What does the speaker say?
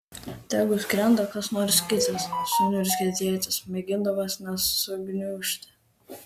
tegu skrenda kas nors kitas suniurzgė tėtis mėgindamas nesugniužti